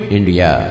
India